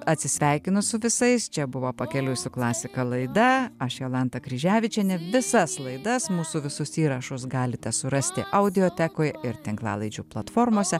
atsisveikinu su visais čia buvo pakeliui su klasika laida aš jolanta kryževičienė visas laidas mūsų visus įrašus galite surasti audiotekoj ir tinklalaidžių platformose